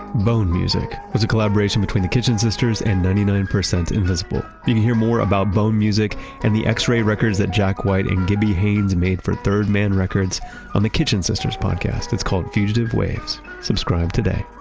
bone music was a collaboration between the kitchen sisters and ninety nine percent invisible. you can hear more about bone music and the x-ray records that jack white and gibby haynes made for third man records on the kitchen sisters podcast. it's called fugitive waves. subscribe today.